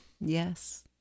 Yes